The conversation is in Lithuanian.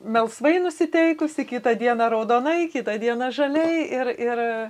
melsvai nusiteikusi kitą dieną raudonai kitą dieną žaliai ir ir